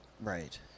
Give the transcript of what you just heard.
Right